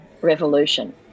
revolution